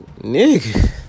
nigga